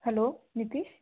hello Nitish